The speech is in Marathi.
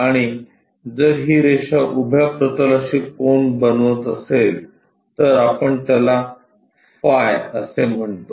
आणि जर ही रेषा उभ्या प्रतलाशी कोन बनवित असेल तर आपण त्याला फाय असे म्हणतो